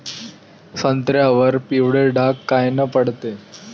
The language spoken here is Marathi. संत्र्यावर पिवळे डाग कायनं पडते?